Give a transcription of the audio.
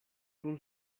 kun